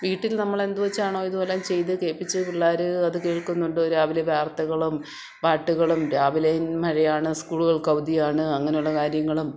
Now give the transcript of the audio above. വീട്ടിൽ നമ്മളെന്ത് വെച്ചാണോ ഇതുവല്ലതും ചെയ്ത് കേള്പ്പിച്ച് പിള്ളാര് അത് കേൾക്കുന്നുണ്ട് രാവിലെ വാർത്തകളും പാട്ടുകളും രാവിലെ മഴയാണ് സ്കൂളുകൾക്ക് അവധിയാണ് അങ്ങനുള്ള കാര്യങ്ങളും